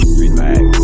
relax